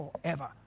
forever